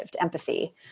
empathy